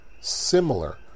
similar